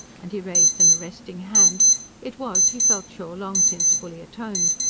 and he raised an arresting hand it was, he felt sure, long since fully atoned.